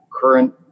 current